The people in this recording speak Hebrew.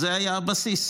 זה היה הבסיס.